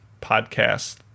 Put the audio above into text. podcast